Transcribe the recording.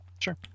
sure